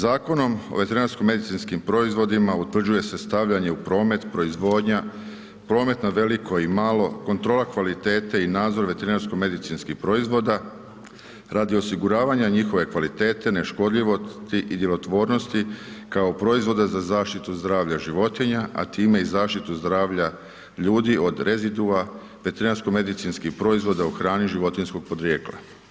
Zakonom o veterinarsko-medicinskim proizvodima utvrđuje se stavljanje u promet, proizvodnja, promet na veliko i malo, kontrola kvalitete i nadzor veterinarsko-medicinskih proizvoda radi osiguravanja njihove kvalitete, neškodljivosti i djelotvornosti kao proizvoda za zaštitu zdravlja životinja, a time i zaštitu zdravlja ljudi od rezidua veterinarsko-medicinskih proizvoda u hrani životinjskog porijekla.